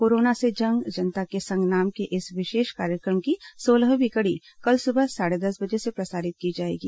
corona से जंग जनता के संग नाम के इस विशेष कार्यक्रम की सोलहवीं कड़ी कल सुबह साढ़े दस बजे से प्रसारित की जाएगी